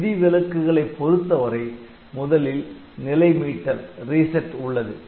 விதிவிலக்குகளை பொருத்தவரை முதலில் நிலை மீட்டல் உள்ளது